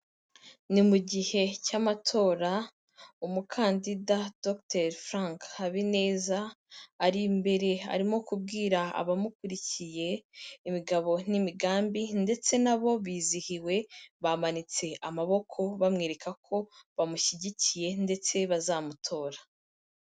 Ni mu gihe cy'amatora, umukandida Dogiteri Frank Habineza ari imbere arimo kubwira abamukurikiye imigabo n'imigambi, ndetse na bo bizihiwe bamanitse amaboko bamwereka ko bamushyigikiye ndetse bazamutora.